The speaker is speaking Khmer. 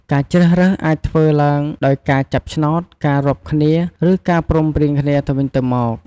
ការជ្រើសរើសអាចធ្វើឡើងដោយការចាប់ឆ្នោត ការរាប់គ្នា ឬការព្រមព្រៀងគ្នាទៅវិញទៅមក។